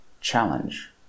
challenge